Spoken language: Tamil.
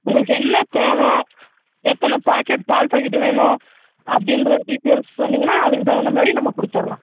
உங்களுக்கு என்ன தேவை எத்தனை பாக்கெட் பால் பாக்கெட்டு வேணும் அப்டின்ற டீட்டைல்ஸ் சொன்னீங்கன்னா அதுக்குத் தகுந்த மாதிரி நம்ம கொடுத்தர்லாம்